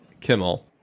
Kimmel